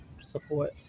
support